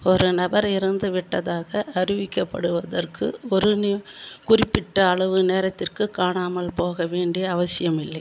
ஒரு நபர் இறந்துவிட்டதாக அறிவிக்கப்படுவதற்கு ஒரு நியூ குறிப்பிட்ட அளவு நேரத்திற்கு காணாமல் போக வேண்டிய அவசியமில்லை